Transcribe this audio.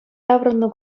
таврӑннӑ